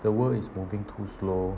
the world is moving too slow